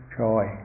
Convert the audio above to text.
joy